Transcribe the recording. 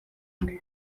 bwe